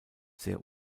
sehr